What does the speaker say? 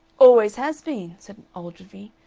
always has been, said ogilvy.